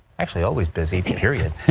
actually always busy period.